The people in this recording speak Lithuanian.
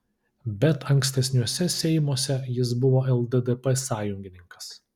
bet ankstesniuose seimuose jis buvo lddp sąjungininkas